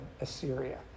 Assyria